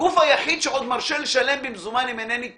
הגוף היחיד שעוד מרשה לשלם במזומן, אם אינני טועה,